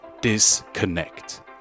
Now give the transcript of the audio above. disconnect